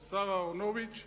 השר אהרונוביץ,